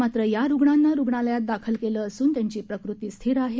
मात्र या रुग्णांना रुग्णालयांत दाखल केलं असून त्यांची प्रकृती स्थिर आहे